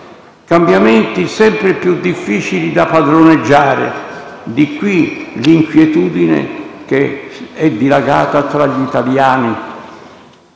cambiamenti sempre più difficili da padroneggiare. Da qui, l'inquietudine che è dilagata tra gli italiani.